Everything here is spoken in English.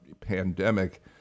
pandemic